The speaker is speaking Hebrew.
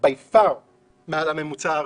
הרבה מעל הממוצע הארצי.